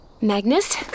Magnus